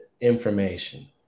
information